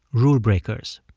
rule breakers.